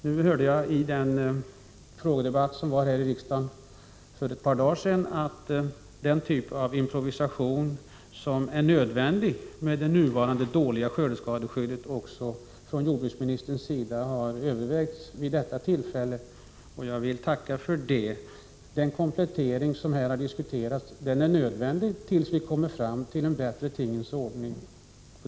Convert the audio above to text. Jag hörde i en frågedebatt här i riksdagen för ett par dagar sedan, att den typ av improvisation som är nödvändig med det nuvarande dåliga skördeskadeskyddet också har övervägts av jordbruksministern vid detta tillfälle. Jag vill tacka för det. Den komplettering som har diskuterats är nödvändig, tills vi kommer fram till en bättre tingens ordning.